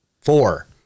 four